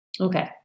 Okay